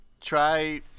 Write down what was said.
try